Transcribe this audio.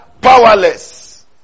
powerless